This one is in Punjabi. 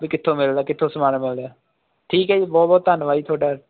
ਵੀ ਕਿੱਥੋਂ ਮਿਲਦਾ ਕਿੱਥੋਂ ਸਮਾਨ ਮਿਲ ਰਿਹਾ ਠੀਕ ਹੈ ਜੀ ਬਹੁਤ ਬਹੁਤ ਧੰਨਵਾਦ ਜੀ ਤੁਹਾਡਾ